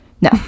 No